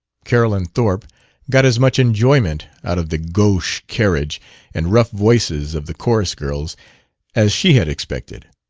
carolyn thorpe got as much enjoyment out of the gauche carriage and rough voices of the chorus girls as she had expected,